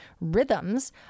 rhythms